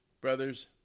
Brothers